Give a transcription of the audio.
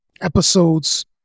episodes